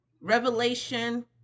Revelation